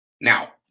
Now